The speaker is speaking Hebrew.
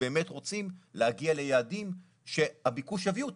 באמת רוצים להגיע ליעדים שהביקוש יביא אותם,